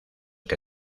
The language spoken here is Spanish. que